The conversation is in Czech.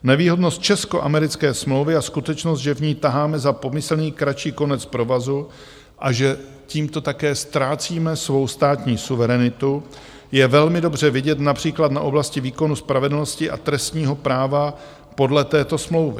Nevýhodnost českoamerické smlouvy a skutečnost, že v ní taháme za pomyslný kratší konec provazu a že tímto také ztrácíme svou státní suverenitu, je velmi dobře vidět například na oblasti výkonu spravedlnosti a trestního práva podle této smlouvy.